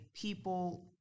People